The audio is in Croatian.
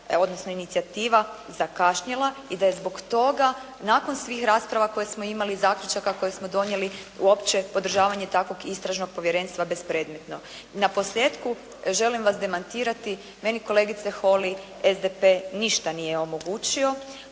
odnosno inicijativa zakašnjela i da je zbog toga nakon svih rasprava koje smo imali i zaključaka koje smo donijeli uopće podržavanje takvog Istražnog povjerenstva bespredmetno. Naposljetku želim vas demantirati, meni kolegice Holy SDP ništa nije omogućio,